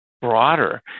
broader